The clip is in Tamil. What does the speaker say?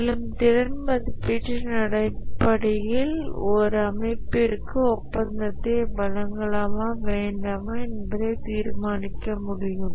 மேலும் திறன் மதிப்பீட்டின் அடிப்படையில் ஒரு அமைப்பிற்கு ஒப்பந்தத்தை வழங்கலாமா வேண்டாமா என்பதை தீர்மானிக்க முடியும்